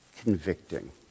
convicting